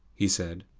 he said.